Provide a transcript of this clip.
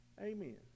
Amen